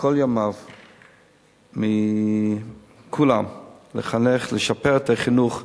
כל ימיו מכולם לחנך, לשפר את החינוך,